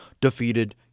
defeated